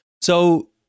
So-